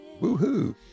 Woohoo